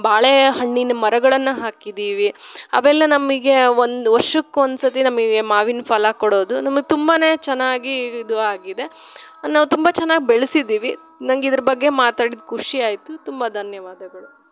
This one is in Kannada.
ಬಾಳೆಹಣ್ಣಿನ ಮರಗಳನ್ನು ಹಾಕಿದ್ದೀವಿ ಅವೆಲ್ಲ ನಮಗೆ ಒಂದು ವರ್ಷಕ್ಕೆ ಒಂದು ಸರ್ತಿ ನಮಗೆ ಮಾವಿನ ಫಲ ಕೊಡೋದು ನಮಗೆ ತುಂಬಾ ಚೆನ್ನಾಗಿ ಇದು ಆಗಿದೆ ನಾವು ತುಂಬ ಚೆನ್ನಾಗಿ ಬೆಳ್ಸಿದ್ದೀವಿ ನಂಗೆ ಇದ್ರ ಬಗ್ಗೆ ಮಾತಾಡಿದ್ದು ಖುಷಿ ಆಯಿತು ತುಂಬ ಧನ್ಯವಾದಗಳು